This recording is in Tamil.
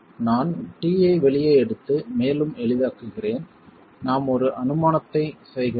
நான் t ஐ வெளியே எடுத்து மேலும் எளிதாக்குகிறேன் நாம் ஒரு அனுமானத்தை செய்கிறோம்